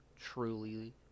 truly